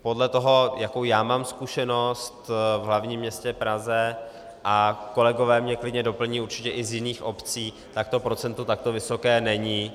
Podle toho, jakou já mám zkušenost v hlavním městě Praze, a kolegové mě klidně doplní určitě i z jiných obcí, tak to procento takto vysoké není.